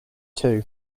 too